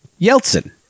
Yeltsin